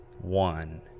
one